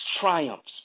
triumphs